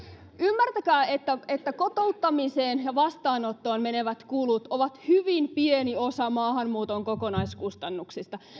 ymmärtäkää että että kotouttamiseen ja vastaanottoon menevät kulut ovat hyvin pieni osa maahanmuuton kokonaiskustannuksista